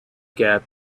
gap